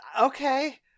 Okay